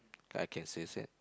I can sense it